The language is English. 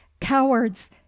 Cowards